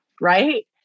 right